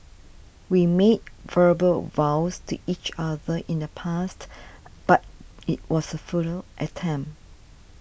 we made verbal vows to each other in the past but it was a futile attempt